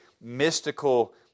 mystical